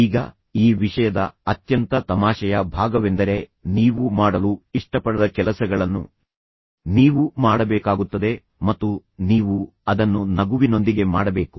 ಈಗ ಈ ವಿಷಯದ ಅತ್ಯಂತ ತಮಾಷೆಯ ಭಾಗವೆಂದರೆ ನೀವು ಮಾಡಲು ಇಷ್ಟಪಡದ ಕೆಲಸಗಳನ್ನು ನೀವು ಮಾಡಬೇಕಾಗುತ್ತದೆ ಮತ್ತು ನೀವು ಅದನ್ನು ನಗುವಿನೊಂದಿಗೆ ಮಾಡಬೇಕು